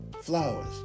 flowers